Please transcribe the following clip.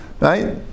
Right